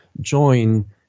join